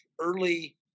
early